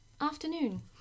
Afternoon